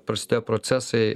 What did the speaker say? prasidėjo procesai